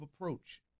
approach